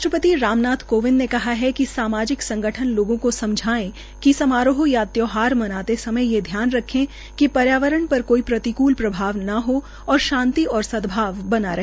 राष्ट्रपित राम नाथ कोविंद ने कहा है कि सामाजिक संगठन लोगों केा समझाएं कि समारोह या त्यौहरा मनाते समय ये ध्यान रखे कि पर्यावरण पर कोई प्रतिकृल प्रभाव न हो और शांति व सदभाव बना रहे